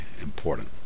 important